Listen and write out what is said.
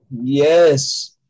Yes